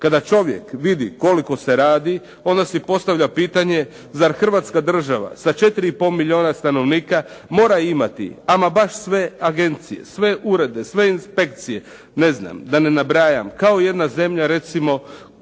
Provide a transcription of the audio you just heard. Kada čovjek vidi koliko se radi onda si postavlja pitanje zar Hrvatska država sa 4 i pol milijuna stanovnika mora imati ama baš sve agencije, sve urede, sve inspekcije, ne znam da ne nabrajam kao jedna zemlja recimo